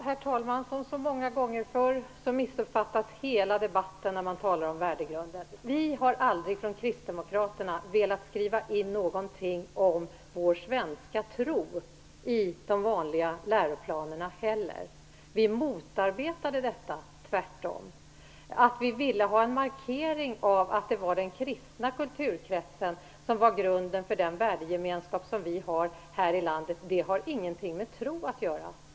Herr talman! Som så många gånger förr missuppfattas hela debatten när man talar om värdegrunder. Vi kristdemokrater har heller aldrig velat skriva in någonting om vår svenska tro i de vanliga läroplanerna. Tvärtom motarbetade vi detta. Vi ville ha en markering av att det är den kristna kulturkretsen som är grunden för den värdegemenskap vi har här i landet. Men det har ingenting med tro att göra.